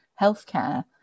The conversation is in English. healthcare